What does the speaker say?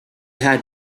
had